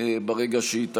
ברגע שהיא תגיע.